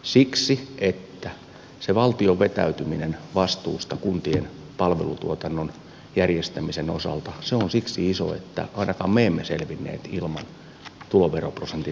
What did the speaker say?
siksi että se valtion vetäytyminen vastuusta kuntien palvelutuotannon järjestämisen osalta on siksi iso että ainakaan me emme selvinneet ilman tuloveroprosentin nostoa